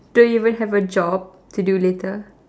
do you even have a job to do later